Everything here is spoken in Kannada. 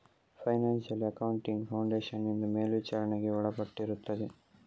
ಫೈನಾನ್ಶಿಯಲ್ ಅಕೌಂಟಿಂಗ್ ಫೌಂಡೇಶನ್ ನಿಂದ ಮೇಲ್ವಿಚಾರಣೆಗೆ ಒಳಪಟ್ಟಿರುತ್ತದೆ